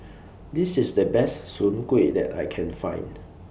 This IS The Best Soon Kueh that I Can Find